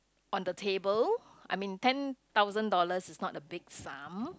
on the table I mean ten thousand dollars is not a big sum